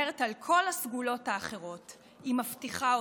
ששומרת על כל הסגולות האחרות, היא מבטיחה אותן.